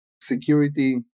security